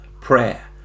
Prayer